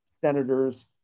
senators